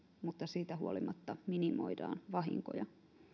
mitä siitä huolimatta minimoidaan vahinkoja